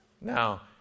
Now